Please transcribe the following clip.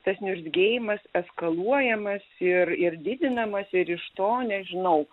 tas niurzgėjimas eskaluojamas ir ir didinamas ir iš to nežinau